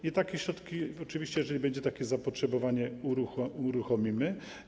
I takie środki, oczywiście jeżeli będzie takie zapotrzebowanie, uruchomimy.